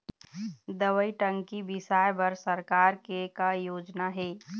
दवई टंकी बिसाए बर सरकार के का योजना हे?